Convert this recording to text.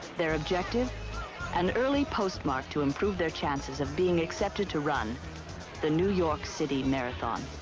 their objective an early postmark to improve their chances of being accepted to run the new york city marathon.